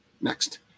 Next